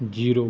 zero